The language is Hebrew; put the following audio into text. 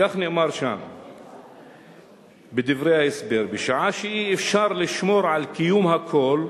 כך נאמר בדברי ההסבר: "בשעה שאי-אפשר לשמור על קיום הכול,